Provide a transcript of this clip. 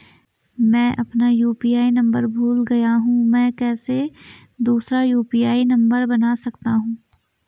मैं अपना UPI number भूल गया हूँ मैं कैसे दूसरा यु.पी.आई नम्बर बना सकता हूँ?